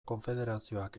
konfederazioak